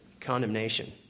condemnation